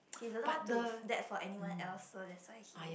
he doesn't want to that for anyone else so that's why he